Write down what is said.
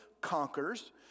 conquers